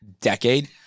decade